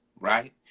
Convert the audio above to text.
right